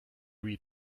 read